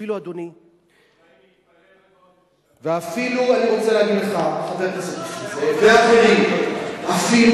אפילו, אדוני, יש שבאים להתפלל רק בשבת.